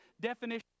definition